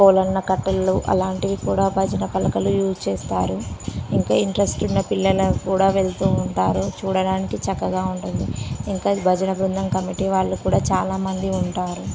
కోలన్న కట్టెలు అలాంటివి కూడా భజన పలకలు యూజ్ చేస్తారు ఇంకా ఇంట్రస్ట్ ఉన్న పిల్లలు కూడా వెళుతు ఉంటారు చూడడానికి చక్కగా ఉంటుంది ఇంకా భజన బృంధం కమిటీ వాళ్ళు కూడా చాలామంది ఉంటారు